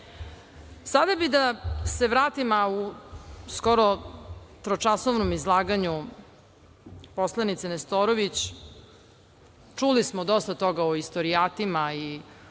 bi da se vratim, a u skoro tročasovnom izlaganju poslanice Nestorović čuli smo dosta toga o istorijatima i o